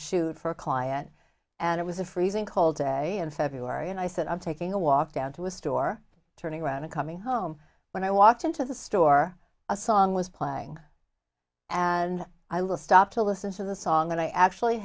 shoot for a client and it was a freezing cold day in february and i said i'm taking a walk down to a store turning around and coming home when i walked into the store a song was playing and i will stop to listen to the song and i actually